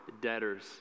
debtors